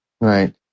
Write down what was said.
Right